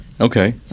Okay